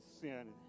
sin